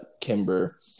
kimber